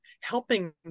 helping